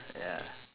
ya